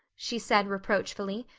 she said reproachfully.